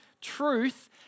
truth